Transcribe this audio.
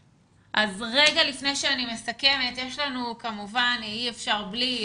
רגע לפני שאני מסכמת, כמובן אי אפשר בלי.